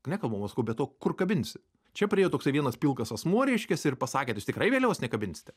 nekalbam o sakau be to kur kabinsi čia priėjo toksai vienas pilkas asmuo reiškiasi ir pasakė tai jūs tikrai vėliavos nekabinsite